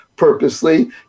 Purposely